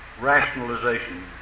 rationalization